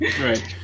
Right